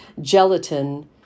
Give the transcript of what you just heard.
gelatin